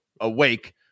awake